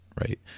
Right